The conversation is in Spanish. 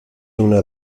una